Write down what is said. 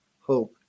hope